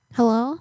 Hello